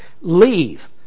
leave